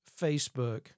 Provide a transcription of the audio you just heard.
Facebook